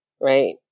right